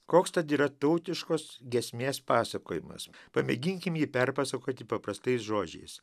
koks yra tautiškos giesmės pasakojimas pamėginkime jį perpasakoti paprastais žodžiais